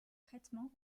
traitement